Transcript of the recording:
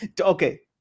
okay